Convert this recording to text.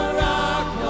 rock